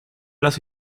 las